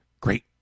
great